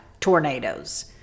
tornadoes